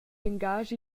engaschi